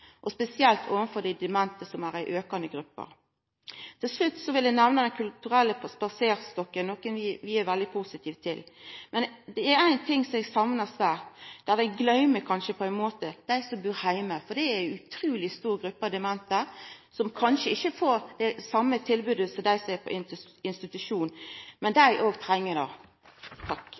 spesielt når det gjeld dei demente, som er ei veksande gruppe. Til slutt vil eg nemna Den kulturelle spaserstokken, som vi er positive til. Men det er ein eg ting saknar: Ein gløymer kanskje dei som bur heime. Det er ei utruleg stor gruppe demente som kanskje ikkje får det same tilbodet som dei som er på institusjon. Men dei òg treng tilbodet. Dette er ein interessant og